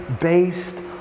based